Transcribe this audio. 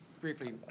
Briefly